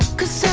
cause